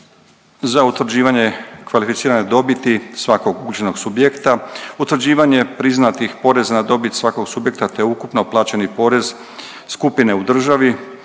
za utvrđivanje kvalificirane dobiti svakog .../Govornik se ne razumije./... subjekta, utvrđivanje priznatih poreza na dobit svakog subjekta te ukupno plaćeni porez skupine u državi,